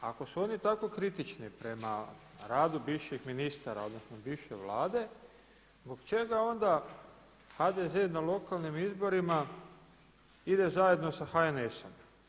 Ako su oni tako kritični prema radu bivših ministara, odnosno bivše Vlade zbog čega onda HDZ na lokalnim izborima ide zajedno sa HNS-om.